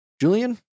Julian